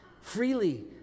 freely